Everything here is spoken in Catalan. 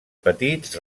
petits